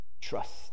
trust